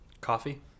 coffee